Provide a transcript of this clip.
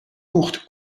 kocht